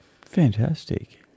Fantastic